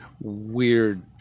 weird